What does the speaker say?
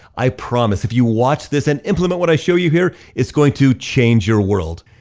i promise if you watch this and implement what i show you here, it's going to change your world.